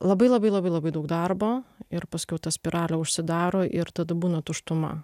labai labai labai labai daug darbo ir paskiau ta spiralė užsidaro ir tada būna tuštuma